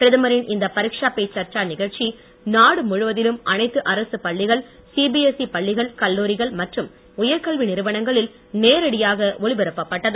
பிரதமரின் இந்த பரிக்சஷா பே சர்ச்ச நிகழ்ச்சி நாடு முழுவதிலும் அனைத்து அரசுப் பள்ளிகள் சிபிஎஸ்இ பள்ளிகள் கல்லூரிகள் மற்றும் உயர்கல்வி நிறுவனங்களில் நேரடியாக ஒளிபரப்பப் பட்டது